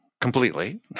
completely